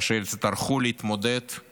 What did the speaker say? אשר יצטרכו להתמודד עם